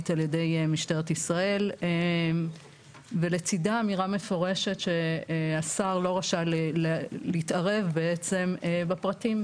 על-ידי משטרת ישראל ולצדה אמירה מפורשת שהשר לא רשאי להתערב בפרטים,